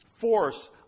force